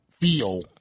feel